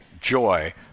joy